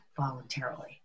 Voluntarily